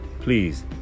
please